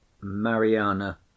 MARIANA